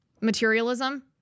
materialism